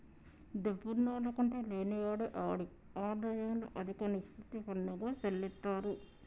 డబ్బున్నాల్ల కంటే లేనివాడే ఆడి ఆదాయంలో అదిక నిష్పత్తి పన్నుగా సెల్లిత్తారు